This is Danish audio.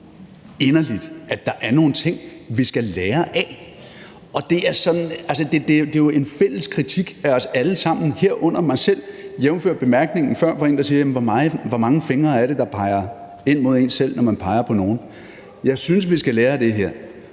inderligt, at der er nogle ting, vi skal lære af, og det er jo en fælles kritik af os alle sammen, herunder mig selv, jævnfør bemærkningen før, hvor en sagde: Hvor mange fingre er det, der peger ind mod en selv, når man peger på nogen? Jeg synes, vi skal lære af det her,